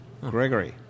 Gregory